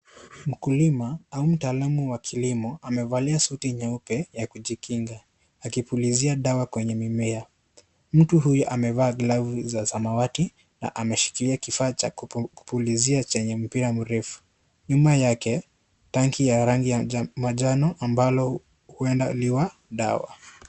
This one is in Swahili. Mkulima au mtaalamu wa kilimo, amevalia suti nyeupe ya kujikinga, akipulizia dawa kwenye mimea. Mtu huyu amevaa glavu ya samawati na ameshikilia kifaa Cha kupuliza chenye mpira mrefu. Nyuma yake tangi ya rangi ya manjano ambalo huenda ni la dawa.